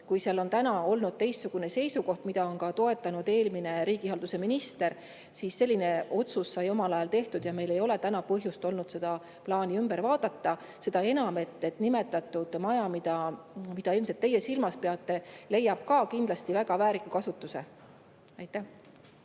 Kui seal on teistsugune seisukoht, mida on toetanud ka eelmine riigihalduse minister, siis selline otsus sai omal ajal tehtud ja meil ei ole praegu põhjust olnud seda plaani ümber vaadata. Seda enam, et nimetatud maja, mida ilmselt teie silmas peate, leiab ka kindlasti väga väärika kasutuse. Ja